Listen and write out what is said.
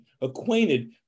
acquainted